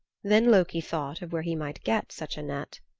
then loki thought of where he might get such a net.